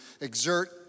exert